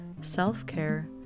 self-care